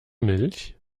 milch